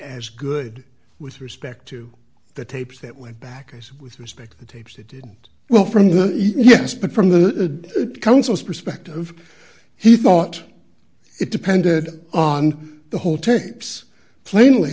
as good with respect to the tapes that went back as with respect to the tapes it didn't well from the yes but from the council's perspective he thought it depended on the whole tapes plainly